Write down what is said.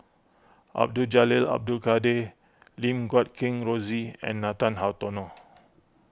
Abdul Jalil Abdul Kadir Lim Guat Kheng Rosie and Nathan Hartono